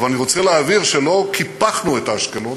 אבל אני רוצה להבהיר שלא קיפחנו את אשקלון,